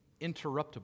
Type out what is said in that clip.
interruptible